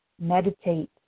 Meditate